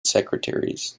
secretaries